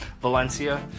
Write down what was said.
Valencia